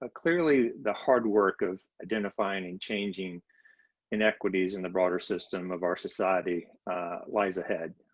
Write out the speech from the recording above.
ah clearly the hard work of identifying and changing inequities in the broader system of our society lies ahead.